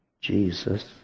Jesus